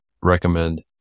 recommend